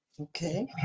Okay